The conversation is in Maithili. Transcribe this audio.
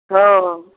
हँ